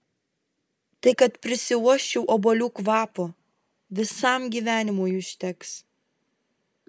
tai kad prisiuosčiau obuolių kvapo visam gyvenimui užteks